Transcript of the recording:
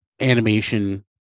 animation